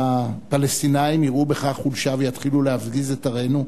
והפלסטינים יראו בכך חולשה ויתחילו להפגיז את ערינו?